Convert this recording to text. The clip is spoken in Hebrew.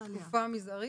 הבידוד,